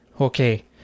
Okay